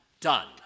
done